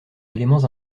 éléments